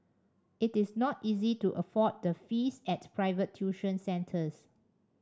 it is not easy to afford the fees at private tuition centres